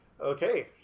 Okay